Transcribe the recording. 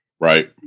right